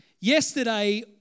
yesterday